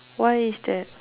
why is that